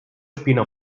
spielen